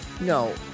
No